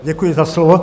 Děkuji za slovo.